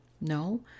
No